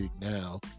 now